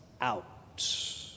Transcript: out